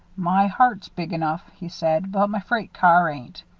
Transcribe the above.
my heart's big enough, he said, but my freight car ain't.